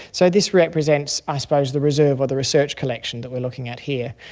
so this represents i suppose the reserve or the research collection that we are looking at here.